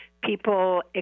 people